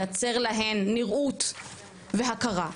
לייצר להן נראות והכרה,